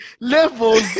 levels